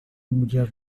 mulher